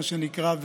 מה שנקרא,